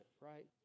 right